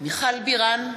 מיכל בירן,